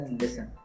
listen